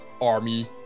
army